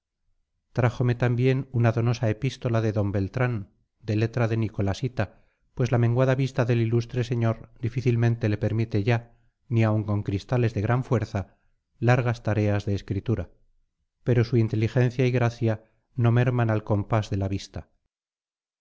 trájome también una donosa epístola de d beltrán de letra de nicolasita pues la menguada vista del ilustre señor difícilmente le permite ya ni aun con cristales de gran fuerza largas tareas de escritura pero su inteligencia y gracia no merman al compás de la vista